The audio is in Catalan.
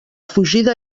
fugida